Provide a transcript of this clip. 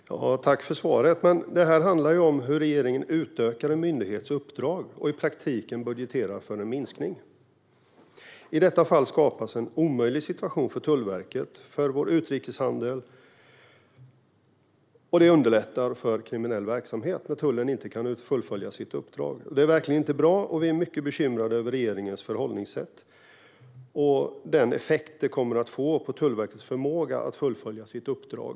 Herr talman! Tack, ministern, för svaret! Det här handlar ju om hur regeringen utökar en myndighets uppdrag och i praktiken budgeterar för en minskning. I detta fall skapas en omöjlig situation för Tullverket och för vår utrikeshandel. Det underlättar för kriminell verksamhet när tullen inte kan fullfölja sitt uppdrag. Det är inte bra, och vi är mycket bekymrade över regeringens förhållningssätt och den effekt det kommer att få på Tullverkets förmåga att fullfölja sitt uppdrag.